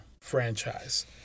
franchise